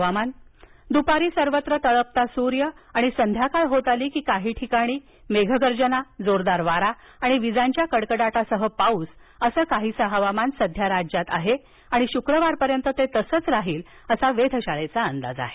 हवामान दूपारी सर्वत्र तळपता सूर्य आणि संध्याकाळ होत आली की काही ठिकाणी मेघगर्जना जोरदार वारा आणि विजांच्या कडकडाटासह पाऊस असं काहीसं हवामान सध्या राज्यात आहे आणि शुक्रवारपर्यंत ते तसंच राहील असा वेधशाळेचा अंदाज आहे